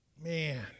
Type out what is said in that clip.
Man